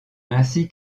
ainsi